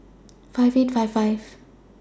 five eight five five